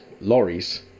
lorries